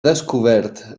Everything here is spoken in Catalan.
descobert